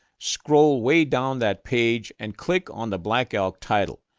scroll way down that page, and click on the black elk title.